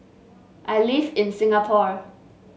I live in Singapore